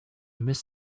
miss